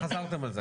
כבר אמרתם זאת,